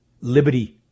liberty